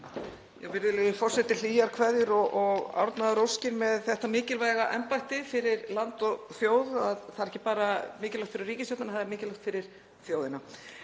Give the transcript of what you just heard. Virðulegi forseti. Hlýjar kveðjur og árnaðaróskir með þetta mikilvæga embætti fyrir land og þjóð. Það er ekki bara mikilvægt fyrir ríkisstjórnina heldur mikilvægt fyrir þjóðina